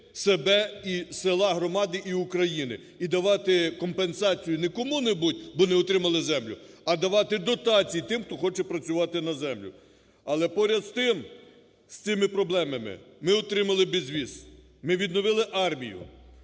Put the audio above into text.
себе і села, громади і України, і давати компенсацію не кому-небудь, бо не отримали землю, а давати дотації тим, хто хоче працювати на землю. Але, поряд з тим, з цими проблемами, ми отримали безвіз, ми відновили армію,